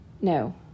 No